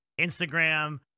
Instagram